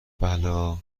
بلا